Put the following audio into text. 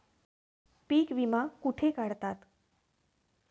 पीक विमा कुठे काढतात?